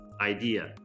idea